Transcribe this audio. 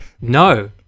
No